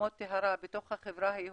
מקומות טהרה, בתוך החברה היהודית,